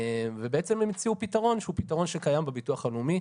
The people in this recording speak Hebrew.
ובעצם הם הציעו פתרון שהוא פתרון שקיים בביטוח הלאומי,